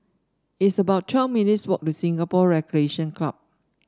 it's about twelve minutes' walk to Singapore Recreation Club